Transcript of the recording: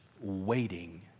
waiting